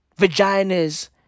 Vaginas